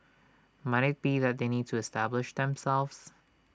might IT be that they need to establish themselves